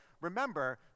remember